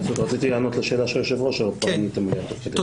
לא,